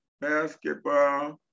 basketball